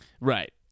Right